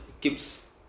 keeps